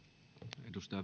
arvoisa